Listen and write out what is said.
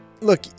look